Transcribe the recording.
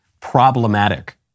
problematic